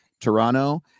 Toronto